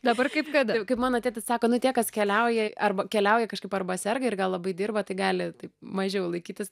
dabar kaip kada kaip mano tėtis sako nu tie kas keliauja arba keliauja kažkaip arba serga ir gal labai dirba tai gali taip mažiau laikytis